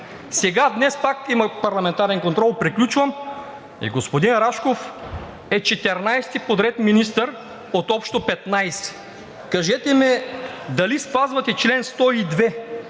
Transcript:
Сега, днес пак има парламентарен контрол и господин Рашков е 14-и подред министър от общо 15. Кажете ми дали спазвате чл. 102